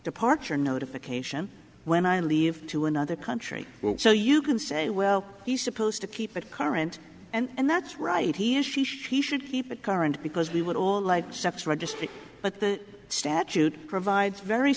departure notification when i leave to another country well so you can say well he's supposed to keep it current and that's right he is she should keep it current because we would all like sex registry but the statute provides very